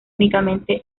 únicamente